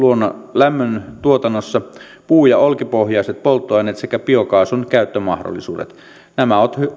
lämmön tuotannossa puu ja olkipohjaiset polttoaineet sekä biokaasun käyttömahdollisuudet nämä ovat